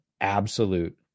absolute